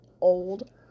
old